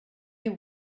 you